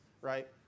right